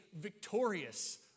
victorious